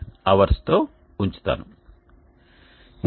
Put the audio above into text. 58 గంటలతో ఉంచుతాను